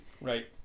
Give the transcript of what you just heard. Right